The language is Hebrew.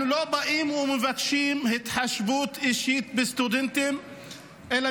אנחנו לא באים ומבקשים התחשבות אישית בסטודנטים אלא